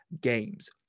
Games